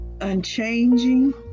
unchanging